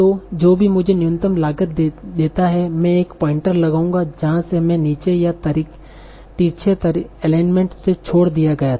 तो जो भी मुझे न्यूनतम लागत देता है मैं एक पॉइंटर लगाऊंगा जहाँ से मैं नीचे या तिरछे एलीमेंट से छोड़ दिया गया था